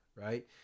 right